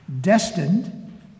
destined